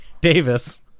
davis